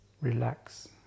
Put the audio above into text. relax